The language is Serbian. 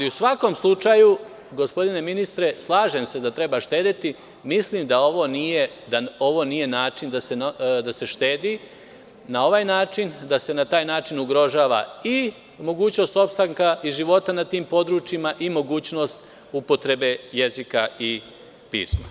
U svakom slučaju, gospodine ministre, slažem se da treba štedeti, mislim da ovo nije način da se štedi na ovaj način, da se na taj način ugrožava i mogućnost opstanka i života na tim područjima i mogućnost upotrebe jezika i pisma.